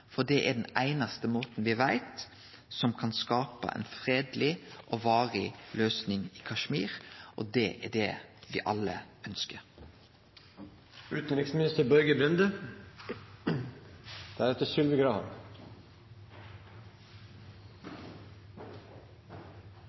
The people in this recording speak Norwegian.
Det er den einaste måten me veit kan skape ei fredeleg og varig løysing i Kashmir. Det er det me alle